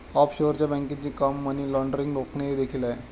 offshore बँकांचे काम money laundering रोखणे हे देखील आहे